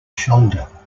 shoulder